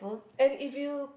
and if you